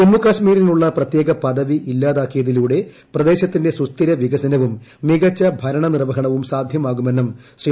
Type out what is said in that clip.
ജമ്മു കാശ്മീരിനുള്ള പ്രത്യേക പദവി ഇല്ലാതാക്കിയതിലൂടെ പ്രദേശത്തിന്റെ സുസ്ഥിര വികസനവും മികച്ച ഭരണ നീർപ്പഹണവും സാധ്യമാകുമെന്നും ശ്രീ